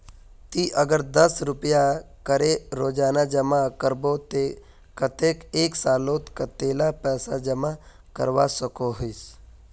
ती अगर दस रुपया करे रोजाना जमा करबो ते कतेक एक सालोत कतेला पैसा जमा करवा सकोहिस?